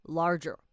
larger